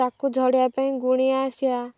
ତା'କୁ ଝଡ଼ିବା ପାଇଁ ଗୁଣିଆ ଆସିବା